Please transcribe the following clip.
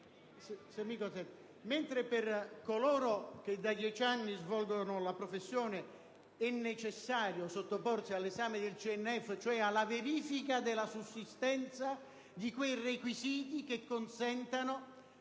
Mentre per gli avvocati che da dieci anni svolgono la professione è necessario sottoporsi all'esame del CNF, cioè alla verifica della sussistenza di quei requisiti che consentano